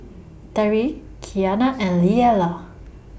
Terri Qiana and Leala